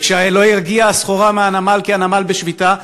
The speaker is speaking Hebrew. וכשלא תגיע הסחורה מהנמל כי הנמל בשביתה,